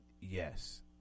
yes